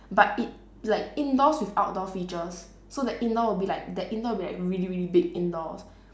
but it like indoors with outdoor features so the indoor will be like the indoor will be like really really big indoors